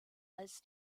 als